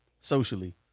socially